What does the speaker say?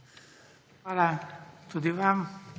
Hvala tudi vam.